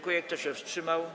Kto się wstrzymał?